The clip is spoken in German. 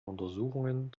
untersuchungen